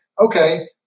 okay